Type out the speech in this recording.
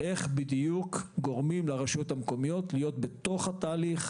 איך בדיוק גורמים לרשויות המקומיות להיות בתוך התהליך,